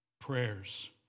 prayers